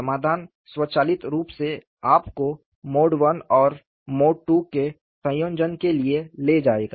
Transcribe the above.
समाधान स्वचालित रूप से आपको मोड I और मोड II के संयोजन के लिए ले जाएगा